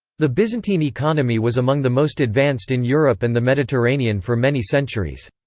the byzantine economy was among the most advanced in europe and the mediterranean for many centuries.